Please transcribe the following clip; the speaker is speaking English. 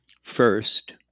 First